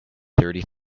thirty